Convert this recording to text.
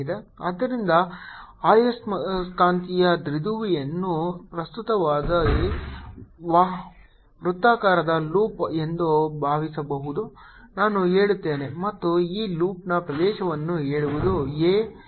ಆದ್ದರಿಂದ ಆಯಸ್ಕಾಂತೀಯ ದ್ವಿಧ್ರುವಿಯನ್ನು ಪ್ರಸ್ತುತದ ವೃತ್ತಾಕಾರದ ಲೂಪ್ ಎಂದು ಭಾವಿಸಬಹುದು ನಾನು ಹೇಳುತ್ತೇನೆ ಮತ್ತು ಈ ಲೂಪ್ನ ಪ್ರದೇಶವನ್ನು ಹೇಳುವುದು a